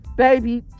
Baby